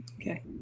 okay